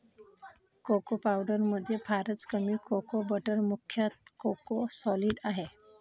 cocoa पावडरमध्ये फारच कमी कोको बटर मुख्यतः कोको सॉलिड आहे